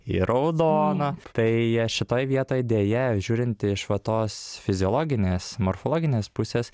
į raudoną tai šitoj vietoj deja žiūrint iš va tos fiziologinės morfologinės pusės